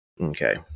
Okay